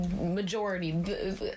majority